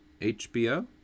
HBO